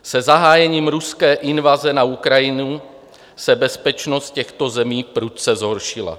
Se zahájením ruské invaze na Ukrajinu se bezpečnost těchto zemí prudce zhoršila.